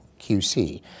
QC